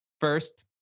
First